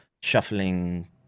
shuffling